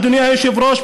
אדוני היושב-ראש,